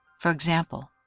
for example,